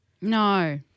No